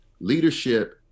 leadership